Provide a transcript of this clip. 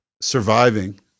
surviving